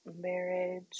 marriage